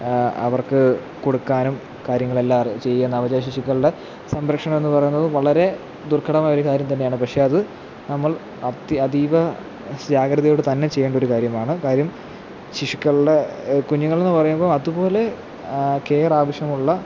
അവര്ക്ക് കൊടുക്കാനും കാര്യങ്ങളെല്ലാം ചെയ്യുന്ന നവജാത ശിശുക്കളുടെ സംരക്ഷണം എന്നു പറയുന്നത് വളരെ ദുര്ഘടമായ ഒരു കാര്യം തന്നെയാണ് പക്ഷേ അത് നമ്മള് അത്യ അതീവ ജാഗ്രതയോടെ തന്നെ ചെയ്യേണ്ടൊരു കാര്യമാണ് കാര്യം ശിശുക്കളുടെ കുഞ്ഞുങ്ങൾ എന്നു പറയുമ്പോൾ അതുപോലെ കെയര് ആവശ്യമുള്ള